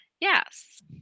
yes